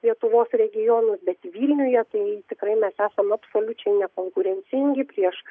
lietuvos regionus bet vilniuje tai tikrai mes esam absoliučiai nekonkurencingi prieš